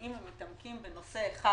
שנוגעים ומתעמקים בנושא אחד